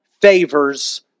favors